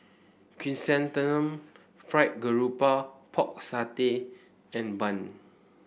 Chrysanthemum Fried Garoupa Pork Satay and bun